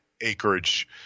acreage